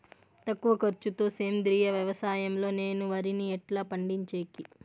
తక్కువ ఖర్చు తో సేంద్రియ వ్యవసాయం లో నేను వరిని ఎట్లా పండించేకి?